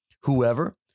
Whoever